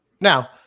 Now